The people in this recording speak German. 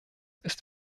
ist